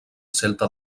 celta